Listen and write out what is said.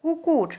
কুকুর